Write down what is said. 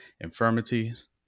infirmities